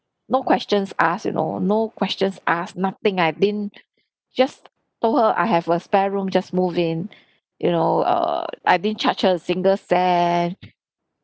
no questions asked you know no questions asked nothing I didn't just told her I have a spare room just move in you know err I didn't charge her a single cent